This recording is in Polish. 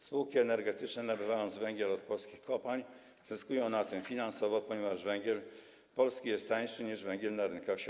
Spółki energetyczne, nabywając węgiel od polskich kopalń, zyskują na tym finansowo, ponieważ węgiel polski jest tańszy niż węgiel na rynkach światowych.